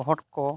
ᱵᱷᱳᱴᱠᱚ